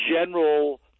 general